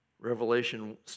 Revelation